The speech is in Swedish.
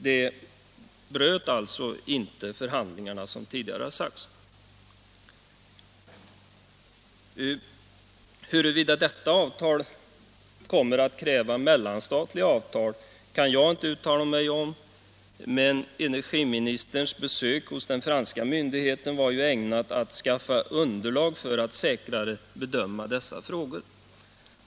Det bröt alltså inte förhandlingarna som tidigare har sagts. Huruvida detta avtal kommer att kräva mellanstatliga avtal kan jag inte uttala mig om, men energiministerns besök hos den franska myndigheten var ju ägnat att skaffa underlag för att säkrare kunna bedöma dessa frågor.